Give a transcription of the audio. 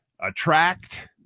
attract